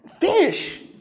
Fish